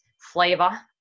flavor